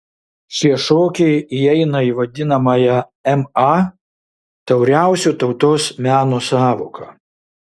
šie šokiai įeina į vadinamąją ma tauriausio tautos meno sąvoką